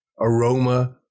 aroma